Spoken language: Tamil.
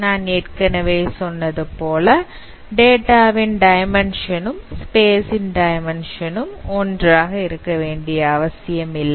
நான் ஏற்கனவே சொன்னது போல டேட்டாவின் டைமென்ஷன் ம் ஸ்பேஸ் ன் டைமென்ஷன் ம் ஒன்றாக இருக்கவேண்டிய அவசியமில்லை